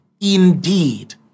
indeed